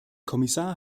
kommissar